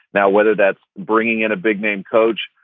now, whether that's bringing in a big name coach,